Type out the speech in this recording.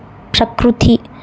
ప్రకృతి